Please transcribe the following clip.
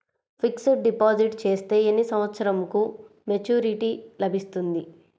Fixed deposit చేస్తే ఎన్ని సంవత్సరంకు మెచూరిటీ లభిస్తుంది?